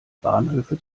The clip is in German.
bahnhöfe